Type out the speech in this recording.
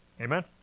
Amen